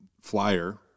Flyer